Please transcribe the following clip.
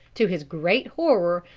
to his great horror,